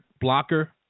blocker